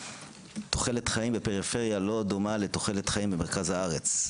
שתוחלת החיים בפריפריה לא דומה לתוחלת החיים במרכז הארץ.